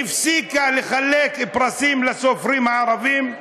היא הפסיקה לחלק פרסים לסופרים הערבים.